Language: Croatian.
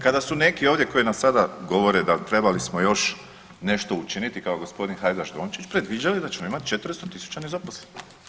Kada su neki ovdje koji nam sada govore da trebali smo još nešto učiniti kao gospodin Hajdaš Dončić, predviđali da ćemo imati 400.000 nezaposlenih.